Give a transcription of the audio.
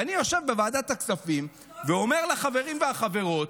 ואני יושב בוועדת הכספים ואומר לחברים ולחברות,